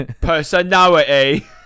Personality